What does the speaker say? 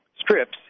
strips